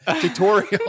tutorial